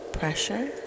pressure